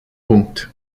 punct